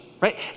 right